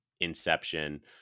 inception